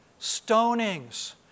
stonings